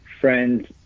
friends